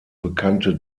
bekannte